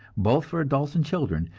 both for adults and children,